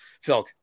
Phil